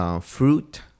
Fruit